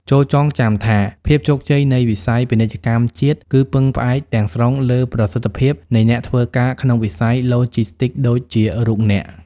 ចូរចងចាំថា ភាពជោគជ័យនៃវិស័យពាណិជ្ជកម្មជាតិ គឺពឹងផ្អែកទាំងស្រុងលើប្រសិទ្ធភាពនៃអ្នកធ្វើការក្នុងវិស័យឡូជីស្ទីកដូចជារូបអ្នក។